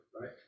right